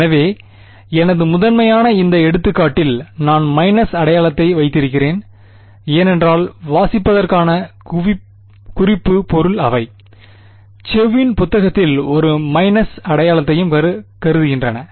எனவே எனது முதன்மையாக இந்த எடுத்துக்காட்டில் நான் மைனஸ் அடையாளத்தை வைத்திருக்கிறேன் ஏனென்றால் வாசிப்பதற்கான குறிப்பு பொருள் அவை செவி ன் புத்தகத்தில் உள்ள ஒரு மைனஸ் அடையாளத்தையும் கருதுகின்றன